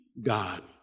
God